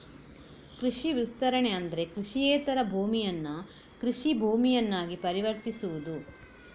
ಕೃಷಿ ವಿಸ್ತರಣೆ ಅಂದ್ರೆ ಕೃಷಿಯೇತರ ಭೂಮಿಯನ್ನ ಕೃಷಿ ಭೂಮಿಯನ್ನಾಗಿ ಪರಿವರ್ತಿಸುವುದು